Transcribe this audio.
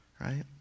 Right